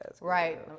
Right